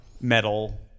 metal